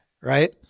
Right